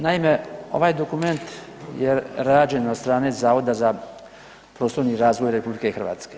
Naime, ovaj dokument je rađen od strane Zavoda za prostorni razvoj RH.